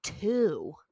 two